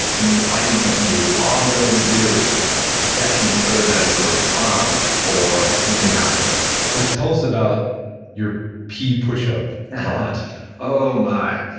and you're finding something you already do that can serve as your prompt for a new habit well, tell us about your pee push-up and prompt oh my.